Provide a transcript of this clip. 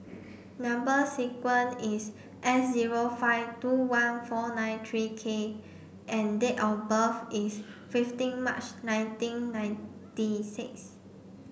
number sequence is S zero five two one four nine three K and date of birth is fifteen March nineteen ninety six